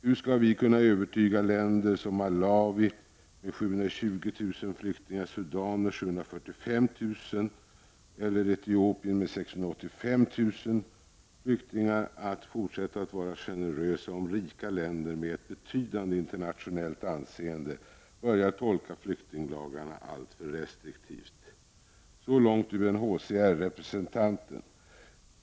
Hur skall vi kunna övertyga länder som Malawi med 720 000 flyktingar, Sudan med 745 000 eller Etiopien med 685 000 flyktingar att fortsätta att vara generösa, om rika länder med ett betydande internationellt anseende börjar tolka flyktinglagarna alltför restriktivt? Så långt UNHCR-representanten.